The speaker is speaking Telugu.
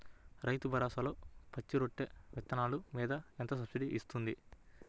రైతు భరోసాలో పచ్చి రొట్టె విత్తనాలు మీద ఎంత సబ్సిడీ ఇస్తుంది?